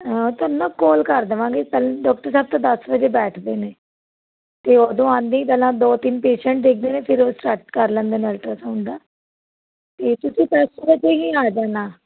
ਤੁਹਾਨੂੰ ਨਾ ਕਾਲ ਕਰ ਦੇਵਾਂਗੇ ਕੱਲ੍ਹ ਡਾਕਟਰ ਸਾਹਿਬ ਤਾਂ ਦਸ ਵਜੇ ਬੈਠਦੇ ਨੇ ਅਤੇ ਉਦੋਂ ਆਉਂਦੇ ਹੀ ਪਹਿਲਾਂ ਦੋ ਤਿੰਨ ਪੇਸ਼ੈਂਟ ਦੇਖਦੇ ਨੇ ਫਿਰ ਉਹ ਸਟਾਰਟ ਕਰ ਲੈਂਦੇ ਨੇ ਅਲਟਰਾਸਾਊਂਡ ਦਾ ਅਤੇ ਤੁਸੀਂ ਦਸ ਵਜੇ ਹੀ ਆ ਜਾਣਾ